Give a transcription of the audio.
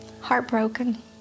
heartbroken